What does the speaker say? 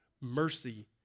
Mercy